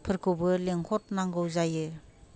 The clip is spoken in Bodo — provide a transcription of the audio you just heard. फोरखौबो लेंहरनांगौ जायो